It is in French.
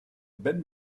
ben